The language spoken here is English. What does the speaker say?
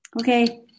okay